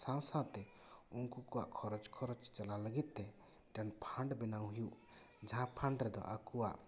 ᱥᱟᱶᱼᱥᱟᱶᱛᱮ ᱩᱱᱠᱩ ᱠᱚᱣᱟᱜ ᱠᱷᱚᱨᱚᱪ ᱠᱷᱚᱨᱚᱪ ᱪᱟᱞᱟᱣ ᱞᱟᱹᱜᱤᱫ ᱛᱮ ᱢᱤᱫᱴᱮᱱ ᱯᱷᱟᱱᱰ ᱵᱮᱱᱟᱣ ᱦᱩᱭᱩᱜ ᱡᱟᱦᱟᱸ ᱯᱷᱟᱱᱰ ᱨᱮᱫᱚ ᱟᱠᱚᱣᱟᱜ